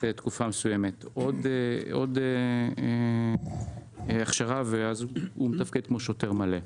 ואחרי תקופה מסוימת עוד הכשרה ואחרי זה הוא מתפקד כמו שוטר מלא.